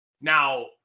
now